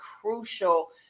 crucial